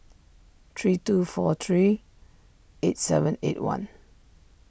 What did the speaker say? three two four three eight seven eight one